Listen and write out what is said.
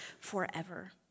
forever